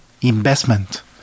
investment